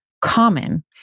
common